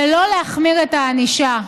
ולא להחמיר את הענישה,